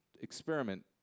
experiment